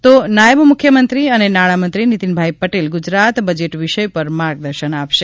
તો નાયબ મુખ્યમંત્રી અને નાણામંત્રી નીતીન પટેલ ગુજરાત ગુજરાત બજેટ વિષય પર માર્ગદર્શન આપશે